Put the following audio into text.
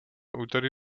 úterý